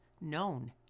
known